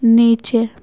نیچے